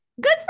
good